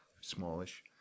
smallish